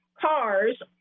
cars